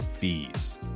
fees